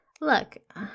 Look